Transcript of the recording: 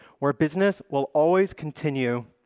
where business will always continue,